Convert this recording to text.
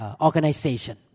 organization